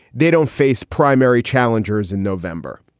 they don't face primary challengers in november.